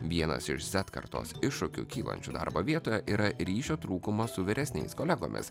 vienas iš z kartos iššūkių kylančių darbo vietoje yra ryšio trūkumas su vyresniais kolegomis